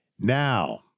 Now